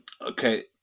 okay